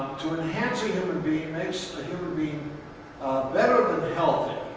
to enhance a human being makes the human being better than healthy.